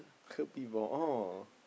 heard before oh